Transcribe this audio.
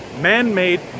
man-made